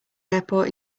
airport